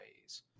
ways